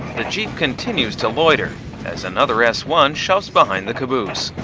the geep continues to loiter as another s one shoves behind the caboose.